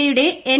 A യുടെ N